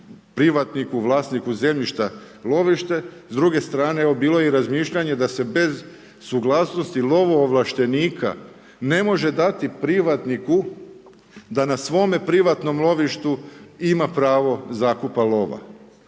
privatniku, vlasniku zemljišta lovište. S druge strane bilo je i razmišljanje da se bez suglasnosti lovoovlaštenika ne može dati privatniku da na svome privatnom lovištu ima pravo zakupa lova.